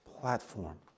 platform